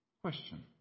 question